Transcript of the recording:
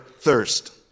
thirst